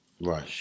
Right